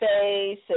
face